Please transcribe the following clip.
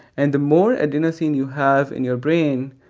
and the more adenosine you have in your brain,